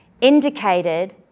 indicated